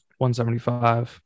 175